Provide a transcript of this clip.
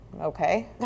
Okay